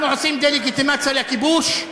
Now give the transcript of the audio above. אנחנו עושים דה-לגיטימציה לכיבוש,